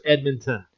Edmonton